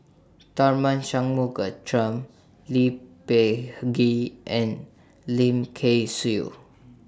Tharman Shanmugaratnam Lee Peh Gee and Lim Kay Siu